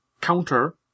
counter